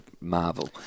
marvel